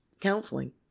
counseling